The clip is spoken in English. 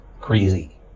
crazy